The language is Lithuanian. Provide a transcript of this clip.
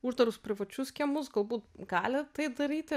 uždarus privačius kiemus galbūt gali tai daryti